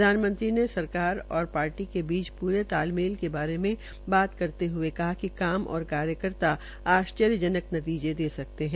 प्रधानमंत्री ने सरकार और पार्टी के बीच पूरे तालमेल के बारे मे बात करते हये कहा कि काम और कार्यकर्ता आश्चर्यजनक नतीजें दे सकते है